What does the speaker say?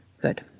Good